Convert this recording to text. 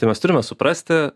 tai mes turime suprasti